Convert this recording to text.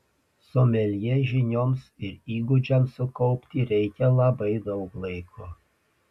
someljė žinioms ir įgūdžiams sukaupti reikia labai daug laiko